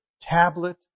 tablet